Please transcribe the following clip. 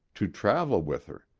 to travel with her.